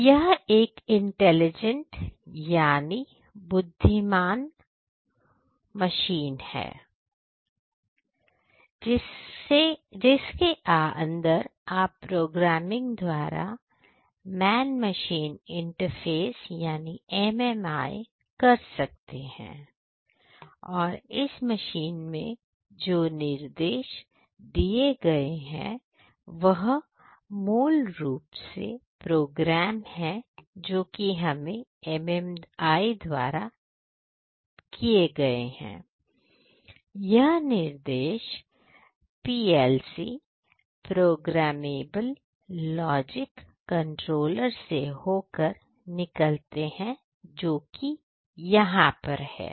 तो यह एक इंटेलिजेंट यानी बुद्धिमान मशीन है जिसके अंदर आप प्रोग्रामिंग द्वारा मैन मशीन इंटरफेस से होकर निकलते हैं जो कि यहां पर है